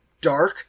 dark